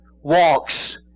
walks